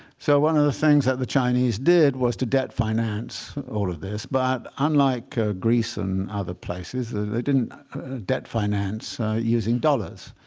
so one of the things that the chinese did was to debt finance all of this. but unlike greece and other places, they didn't debt finance using dollars.